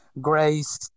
Grace